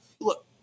look